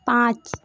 पाँच